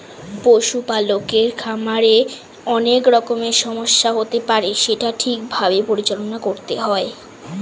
পশু পালকের খামারে অনেক রকমের সমস্যা হতে পারে সেটা ঠিক ভাবে পরিচালনা করতে হয়